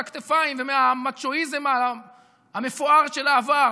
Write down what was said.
הכתפיים ומהמאצ'ואיזם המפואר של העבר.